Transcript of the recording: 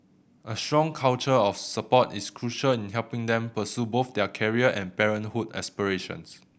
a strong culture of support is crucial in helping them pursue both their career and parenthood aspirations